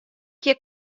hjir